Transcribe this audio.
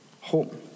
home